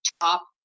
top